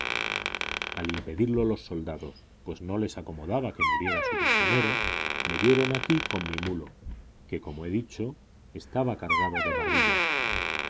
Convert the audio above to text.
al impedirlo los soldados pues no les acomodaba que muriera su prisionero me vieron aquí con mi mulo que como he dicho estaba cargado de barrilla